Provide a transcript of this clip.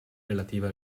relative